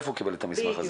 איפה הוא קיבל את המסמך הזה?